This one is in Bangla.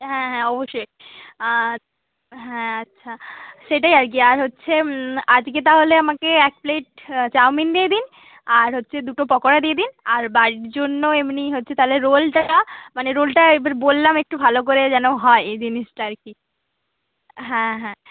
হ্যাঁ হ্যাঁ অবশ্যই আর হ্যাঁ আচ্ছা সেটাই আর কি আর হচ্ছে আজকে তাহলে আমাকে এক প্লেট চাউমিন দিয়ে দিন আর হচ্ছে দুটো পকোড়া দিয়ে দিন আর বাড়ির জন্য এমনি হচ্ছে তাহলে রোলটা মানে রোলটা এবার বললাম একটু ভালো করে যেন হয় এই জিনিসটা আর কি হ্যাঁ হ্যাঁ